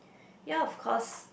ya of course